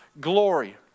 glory